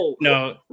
no